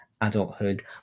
adulthood